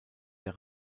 der